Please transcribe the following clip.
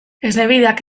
esnebideak